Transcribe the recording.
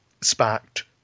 sparked